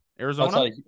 Arizona